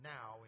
Now